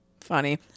Funny